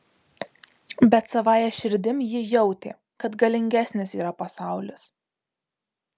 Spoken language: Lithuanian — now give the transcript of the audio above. bet savąja širdim ji jautė kad galingesnis yra pasaulis